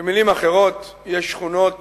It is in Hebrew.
במלים אחרות, יש שכונות